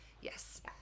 Yes